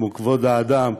כמו כבוד האדם,